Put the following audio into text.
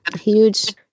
huge